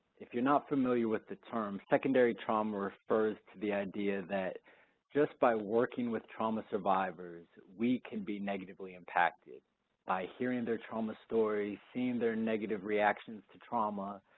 if you're not familiar with the term, secondary trauma refers to the idea that just by working with trauma survivors, we can be negatively impacted by hearing their trauma story, seeing their negative reactions to trauma,